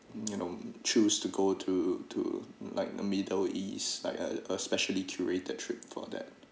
you know choose to go to to like the middle east like a a specially curated trip for that